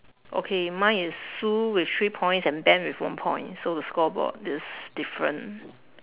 okay mine is sue with three points and ben with one point so the scoreboard is different